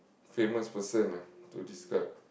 famous person ah to describe